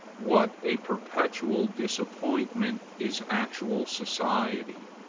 what a perpetual disappointment is actual society,